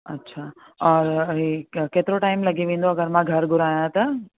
अछा और इहो क केतिरो टाइम लॻी वेंदो अगरि मां घरु घुरायां त